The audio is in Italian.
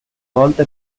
volta